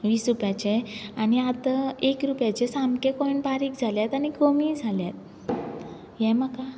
वीस रुपयाचे आनी आतां एक रुपयाचो सामके कॉयन बारीक जाल्यात आनी कमी जाल्यात हें म्हाका